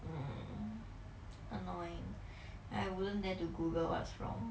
mmhmm annoying I wouldn't dare to google what's wrong